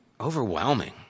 overwhelming